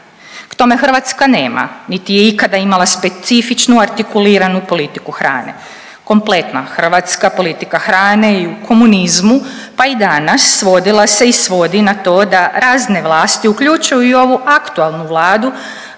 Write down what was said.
k tome Hrvatska nema niti je ikada imala specifičnu artikuliranu politiku hrane, kompletna hrvatska politika hrane i u komunizmu, pa i danas svodila se i svodi na to da razne vlasti uključuju i ovu aktualnu Vladu